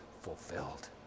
fulfilled